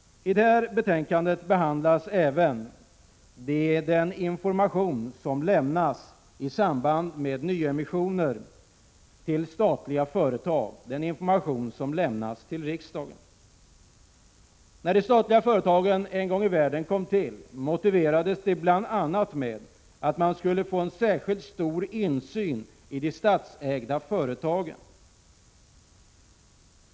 I detta betänkande behandlas även den information som lämnas till riksdagen i samband med nyemissioner till statliga företag. När de statliga företagen en gång i världen kom till motiverades det bl.a. med att man kunde få en särskilt stor insyn i de statsägda företagen.